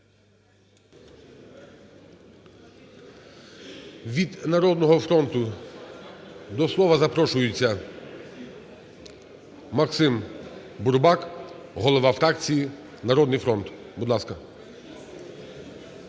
Від "Народного фронту" до слова запрошується Максим Бурбак, голова фракції "Народний фронт". Будь ласка.